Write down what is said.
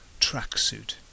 tracksuit